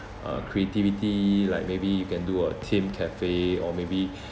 uh creativity like maybe you can do a themed cafe or maybe